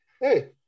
hey